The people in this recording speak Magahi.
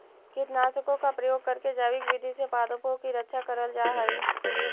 कीटनाशकों का प्रयोग करके जैविक विधि से पादपों की रक्षा करल जा हई